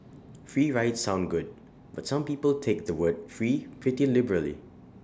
free rides sound good but some people take the word free pretty liberally